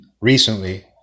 recently